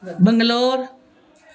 Bangalore